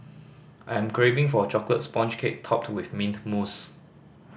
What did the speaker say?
I am craving for a chocolate sponge cake topped with mint mousse